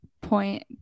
point